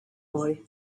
boy